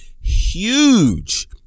Huge